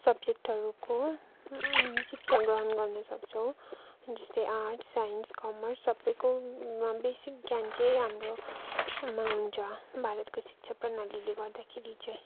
सब्जेक्टहरूको शिक्षा ग्रहण गर्न सक्छौँ जस्तै आर्टस् साइन्स कमर्स सबैकोमा बेसिक ज्ञान चाहिँ हाम्रोमा हुन्छ भारतको शिक्षा प्रणालीले गर्दाखेरि चाहिँ